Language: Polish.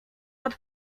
pod